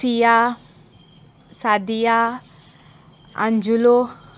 सिया सादिया आंजुलो